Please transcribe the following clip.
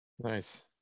Nice